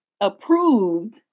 approved